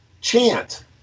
chant